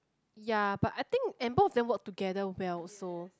ya but I think and both of them work together well also